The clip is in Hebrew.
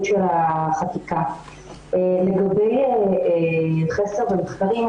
לגבי חסר במחקרים,